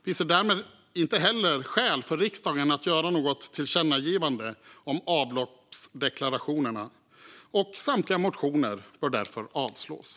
Vi ser därmed inte heller skäl för riksdagen att göra något tillkännagivande om avloppsdeklarationerna. Samtliga motioner bör därför avslås.